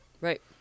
Right